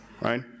right